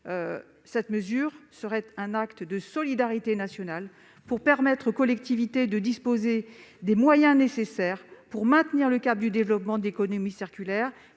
Cette mesure serait un acte de solidarité nationale pour permettre aux collectivités de disposer des moyens nécessaires pour maintenir le cap du développement de l'économie circulaire,